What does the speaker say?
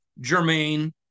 Jermaine